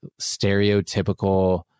stereotypical